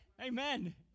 Amen